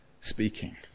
speaking